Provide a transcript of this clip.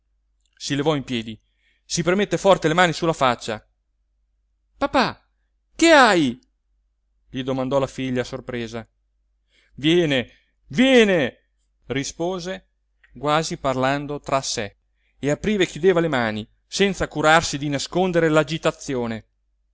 si levò in piedi si premette forte le mani sulla faccia papà che hai gli domandò la figlia sorpresa viene viene rispose quasi parlando tra sé e apriva e chiudeva le mani senza curarsi di nascondere